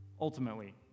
ultimately